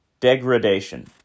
Degradation